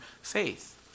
faith